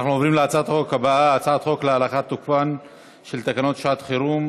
אנחנו עוברים להצעת החוק הבאה הצעת חוק להארכת תוקפן של תקנות שעת חירום